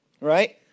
right